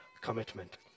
commitment